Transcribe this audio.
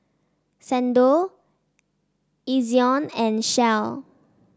Xndo Ezion and Shell